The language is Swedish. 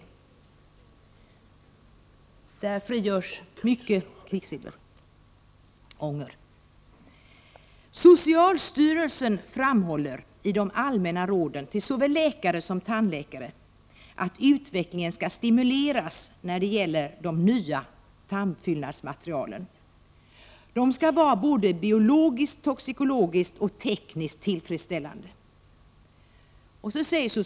I den verksamheten frigörs stora mängder av kvicksilverångor. Socialstyrelsen framhåller i de allmänna råden till såväl läkare som tandläkare att utvecklingen av de nya tandfyllnadsmaterialen skall stimuleras. De skall vara både biologiskttoxikologiskt och tekniskt tillfredsställande.